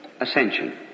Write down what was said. Ascension